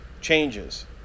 changes